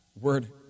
word